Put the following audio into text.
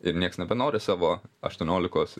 ir nieks nebenori savo aštuoniolikos